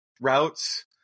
routes